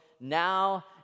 now